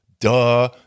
Duh